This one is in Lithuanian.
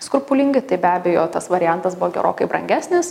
skrupulingai tai be abejo tas variantas buvo gerokai brangesnis